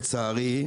לצערי,